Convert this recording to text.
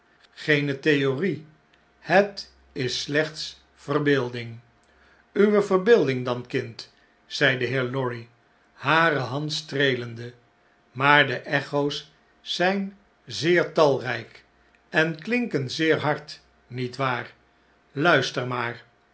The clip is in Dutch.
greene theorie het is slechts verbeelding uwe verbeelding dan kind zei de heer lorry hare hand streelende b maar de echo's zjju zeer talrjjk en klinken zeer hard niet waar luister maar